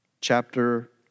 chapter